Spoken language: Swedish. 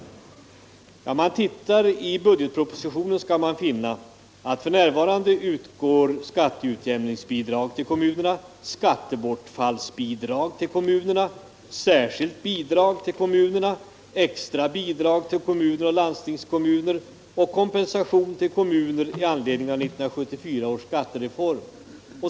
Om man tittar i budgetpropositionen skall man finna att f. n. utgår skatteutjämningsbidrag till kommunerna, skattebortfallsbidrag till kommunerna, särskilt bidrag till kommunerna, extra bidrag till kommuner och landstingskommuner och kompensation till kommuner i anledning av 1974 års skattereform.